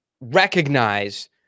recognize